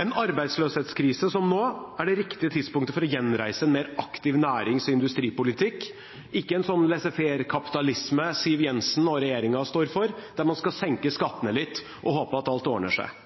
Arbeidsløshetskrisen vi har nå er det riktige tidspunktet for å gjenreise en mer aktiv nærings- og industripolitikk, og ikke en sånn «laissez-faire»-kapitalisme som Siv Jensen og regjeringen står for, der man skal senke skattene litt og håpe at alt ordner seg.